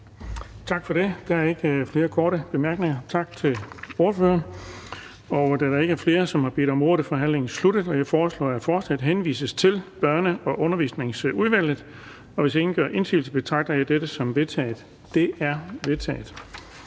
Tak for det. Der er ikke korte bemærkninger. Tak til ordføreren. Da der ikke er flere, der har bedt om ordet, er forhandlingen sluttet. Jeg foreslår, at beslutningsforslaget henvises til Børne- og Undervisningsudvalget, og hvis ingen gør indsigelse, betragter jeg dette som vedtaget. Det er vedtaget.